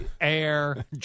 air